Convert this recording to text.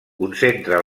concentra